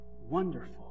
wonderful